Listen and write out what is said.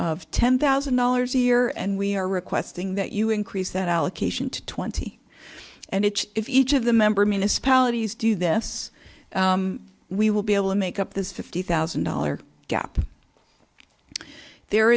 of ten thousand dollars a year and we are requesting that you increase that allocation to twenty and it if each of the member municipalities do this we will be able to make up this fifty thousand dollars gap there